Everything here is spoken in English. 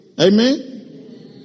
amen